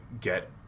get